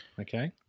Okay